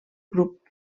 grup